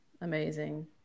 amazing